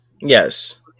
Yes